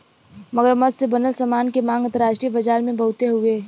मगरमच्छ से बनल सामान के मांग अंतरराष्ट्रीय बाजार में बहुते हउवे